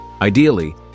Ideally